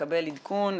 לקבל עדכון,